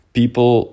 people